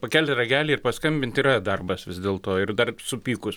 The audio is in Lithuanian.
pakelti ragelį ir paskambinti yra darbas vis dėl to ir dar supykus